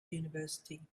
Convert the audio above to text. university